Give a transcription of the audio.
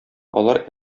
алар